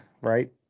Right